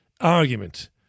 argument